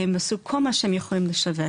הם עשו כל מה שהם יכלו לשווק